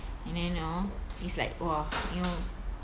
and then ah it's like !wah! you know